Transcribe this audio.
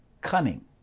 cunning